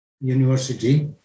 university